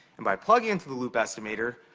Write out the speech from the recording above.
and by plugging in to the loop estimator,